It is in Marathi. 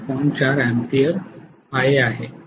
4 अँपिअर Ia आहे